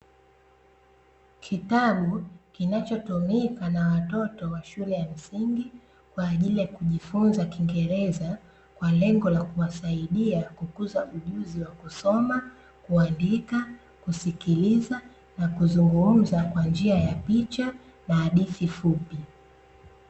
Kitabu kinachotumika na watoto wa shule ya msingi kwaajili ya kujifunza kingereza kwa lengo la kuwasaidia kukuza ujuzi wa kusoma, kuandika, kusikiliza na kuzungumza kwa njia ya picha na hadithi fupi.